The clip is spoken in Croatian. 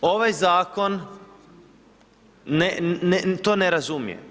Ovaj zakon to ne razumije.